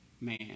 man